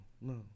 No